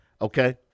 Okay